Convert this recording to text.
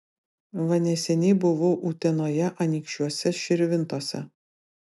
va neseniai buvau utenoje anykščiuose širvintose